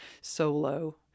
solo